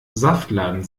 saftladen